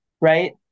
right